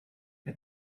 que